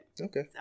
Okay